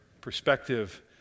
perspective